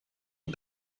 une